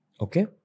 Okay